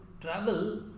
travel